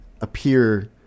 appear